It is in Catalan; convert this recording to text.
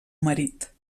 marit